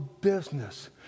business